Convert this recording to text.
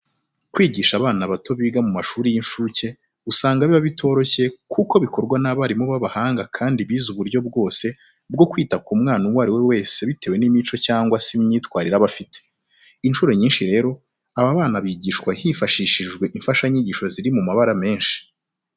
Kwigisha abana bato biga mu mashuri y'incuke usanga biba bitoroshye kuko bikorwa n'abarimu b'abahanga kandi bize uburyo bwose bwo kwita ku mwana uwo ari we wese bitewe n'imico cyangwa se imyitwarire aba afite. Incuro nyinshi rero, aba bana bigishwa hifashishijwe imfashanyigisho ziri mu mabara menshi.